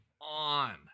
on